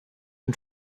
and